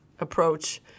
approach